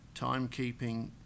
timekeeping